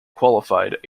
qualified